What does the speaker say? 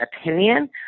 opinion